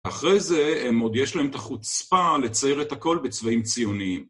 אחרי זה הם עוד יש להם את החוצפה לצייר את הכל בצבעים ציוניים.